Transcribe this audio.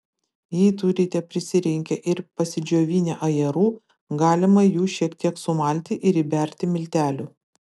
jei turite prisirinkę ir pasidžiovinę ajerų galima jų šiek tiek sumalti ir įberti miltelių